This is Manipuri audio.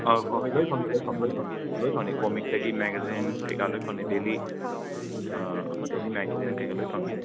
ꯍꯣꯏ ꯂꯣꯏ ꯐꯪꯅꯤ ꯂꯣꯏ ꯐꯪꯅꯤ ꯂꯣꯏ ꯐꯪꯏ ꯂꯣꯏ ꯐꯪꯅꯤ ꯀꯣꯃꯤꯛꯇꯒꯤ ꯃꯦꯒꯖꯤꯟ ꯀꯩꯀ ꯂꯣꯏ ꯐꯪꯅꯤ ꯗꯦꯂꯤ ꯗꯦꯂꯤ ꯃꯦꯒꯖꯤꯟ ꯀꯩꯀ ꯂꯣꯏ ꯐꯪꯅꯤ